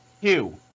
Hugh